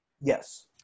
Yes